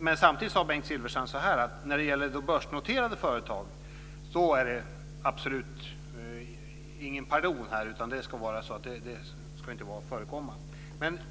Men samtidigt sade Bengt Silfverstrand att när det gäller börsnoterade företag är det absolut ingen pardon. Det ska inte förekomma.